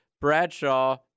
Bradshaw